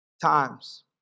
times